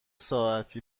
ساعتی